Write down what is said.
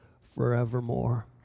forevermore